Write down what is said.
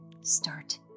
start